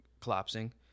collapsing